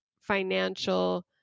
financial